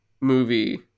movie